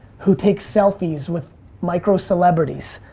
who take selfies with micro-celebrities.